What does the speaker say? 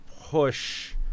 push –